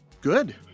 Good